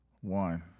one